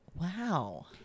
Wow